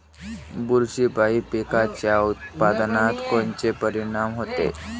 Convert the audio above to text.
बुरशीपायी पिकाच्या उत्पादनात कोनचे परीनाम होते?